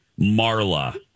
Marla